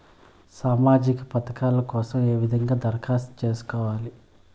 సామాజిక పథకాల కోసం ఏ విధంగా దరఖాస్తు సేసుకోవాలి